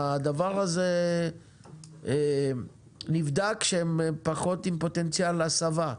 הדבר הזה נבדק שהם פחות על פי פוטנציאל הסבה,